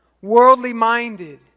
worldly-minded